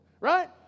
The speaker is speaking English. right